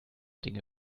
dinge